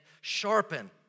sharpen